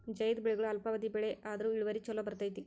ಝೈದ್ ಬೆಳೆಗಳು ಅಲ್ಪಾವಧಿ ಬೆಳೆ ಆದ್ರು ಇಳುವರಿ ಚುಲೋ ಬರ್ತೈತಿ